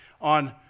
on